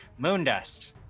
moondust